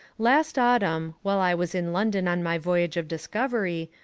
last autumn, while i was in london on my voyage of discovery,